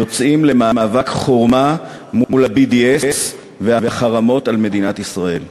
יוצאים למאבק חורמה מול ה-BDS והחרמות על מדינת ישראל.